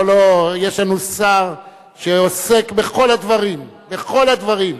לא, לא, יש לנו שר שעוסק בכל הדברים, בכל הדברים.